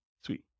Sweet